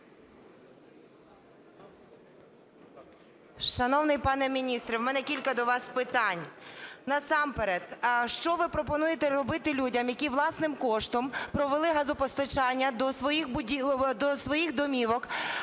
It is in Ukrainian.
Шановний пане міністр, в мене кілька до вас питань. Насамперед, що ви пропонуєте робити людям, які власним коштом привели газопостачання до своїх до своїх